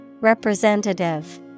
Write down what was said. Representative